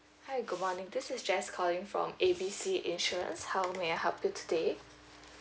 hi good morning this is jess calling from A B C insurance how may I help you today